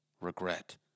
regret